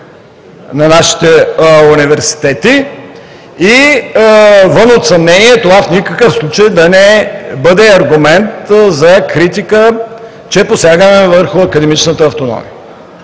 на нашите университети и вън от съмнение – това в никакъв случай да не бъде аргумент за критика, че посягаме върху академичната автономия.